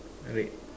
red